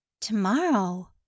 Tomorrow